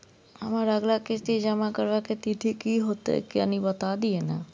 हमर अगला किस्ती जमा करबा के तिथि की होतै से कनी बता दिय न?